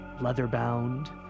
Leather-bound